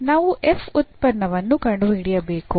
ನಾವು ಉತ್ಪನ್ನವನ್ನು ಕಂಡುಹಿಡಿಯಬೇಕು